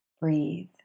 breathe